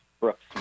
Brooks